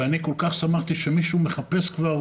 אני כל כך שמחתי שמישהו מחפש כבר,